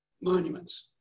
monuments